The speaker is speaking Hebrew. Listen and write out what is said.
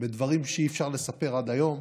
בדברים שאי-אפשר לספר עד היום.